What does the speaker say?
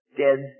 dead